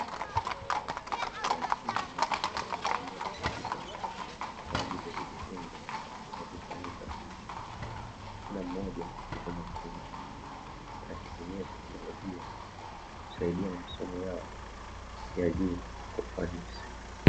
Wanafunzi wanatumia komputa kwa ajili ya kujifunza na kufanya tafiti, kila mmoja yupo makini akitumia teknolojia kumsaidia masomo yao ya juu kwa ufanisi.